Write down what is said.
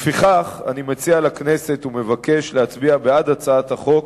לפיכך, אני מציע לכנסת ומבקש להצביע בעד הצעת החוק